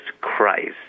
Christ